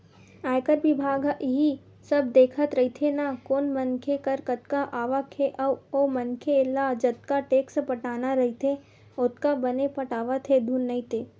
आयकर बिभाग ह इही सब देखत रहिथे ना कोन मनखे कर कतका आवक हे अउ ओ मनखे ल जतका टेक्स पटाना रहिथे ओतका बने पटावत हे धुन नइ ते